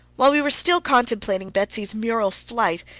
while we were still contemplating betsy's mural flight,